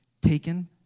taken